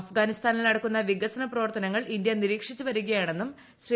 അഫ്ഗാനിസ്ഥാനിൽ നടക്കുന്ന വികസന പ്രവർത്തന്ങ്ങൾ ഇന്ത്യ നിരീക്ഷിച്ച് വരികയാണെന്നും ശ്രീ